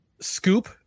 scoop